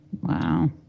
Wow